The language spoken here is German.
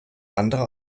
andere